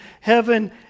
heaven